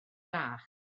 bach